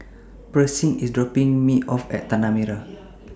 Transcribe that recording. Pershing IS dropping Me off At Tanah Merah